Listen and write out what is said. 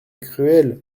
cruel